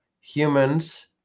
humans